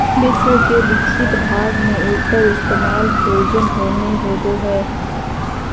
विश्व के विकसित भाग में एकर इस्तेमाल भोजन में होबो हइ